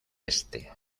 este